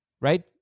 Right